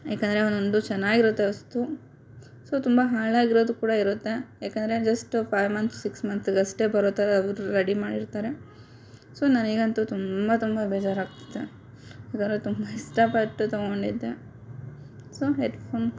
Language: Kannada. ಯಾಕಂದರೆ ಒಂದೊಂದು ಚೆನ್ನಾಗಿರುತ್ತೆ ವಸ್ತು ಸೊ ತುಂಬ ಹಾಳಾಗಿರೋದು ಕೂಡ ಇರುತ್ತೆ ಯಾಕಂದರೆ ಜಸ್ಟ ಫೈವ್ ಮಂತ್ ಸಿಕ್ಸ್ ಮಂತಗಷ್ಟೆ ಬರೋ ಥರ ಅವರು ರೆಡಿ ಮಾಡಿರ್ತಾರೆ ಸೊ ನನಗಂತೂ ತುಂಬ ತುಂಬ ಬೇಜಾರಾಗ್ತಿದೆ ಯಾಕಂದರೆ ತುಂಬ ಇಷ್ಟಪಟ್ಟು ತೊಗೊಂಡಿದ್ದೆ ಸೊ ಹೆಡ್ಫೋನ್